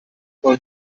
con